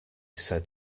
said